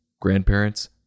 grandparents